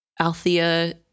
Althea